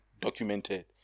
documented